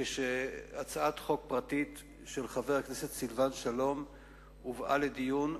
כשהצעת חוק פרטית של חבר הכנסת סילבן שלום הובאה לדיון,